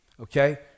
okay